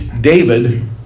David